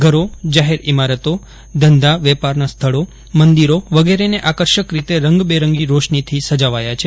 ઘરો જાહેર ઇમારતો ધંધા વેપારના સ્થળો મંદિરો વગેરેને આકર્ષક રીતે રંગલેરંગી રોશનીથી સજાવ્યા છે